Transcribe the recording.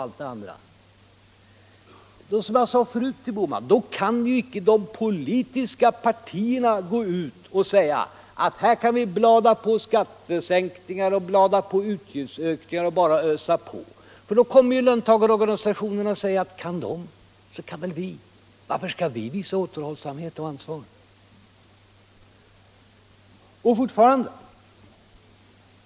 Då kan, som jag tidigare sade till herr Bohman, de politiska partierna inte gå ut och säga att vi skall blada på med skattesänkningar och utgiftsökningar, för då kommer löntagarorganisationerna och säger: Kan de, så kan vi. Varför skall vi visa återhållsamhet och ansvar?